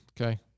Okay